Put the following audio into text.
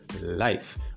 life